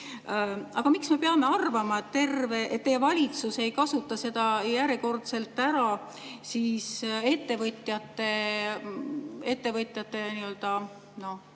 Aga miks me peame arvama, et teie valitsus ei kasuta seda järjekordselt ära ettevõtjate